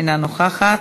אינה נוכחת.